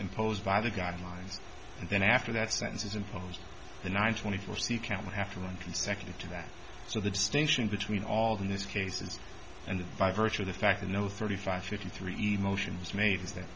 imposed by the guidelines and then after that sentence is imposed the nine twenty four so you can't have to run consecutive to that so the distinction between all these cases and by virtue of the fact that no thirty five fifty three emotions made is that